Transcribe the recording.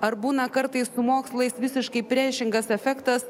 ar būna kartais su mokslais visiškai priešingas efektas